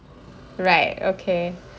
right okay